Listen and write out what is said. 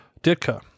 Ditka